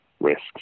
risks